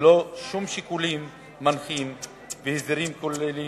ללא שום שיקולים מנחים והסדרים כוללים